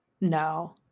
No